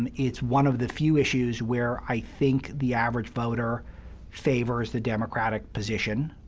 um it's one of the few issues where i think the average voter favors the democratic position,